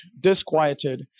disquieted